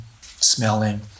smelling